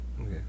Okay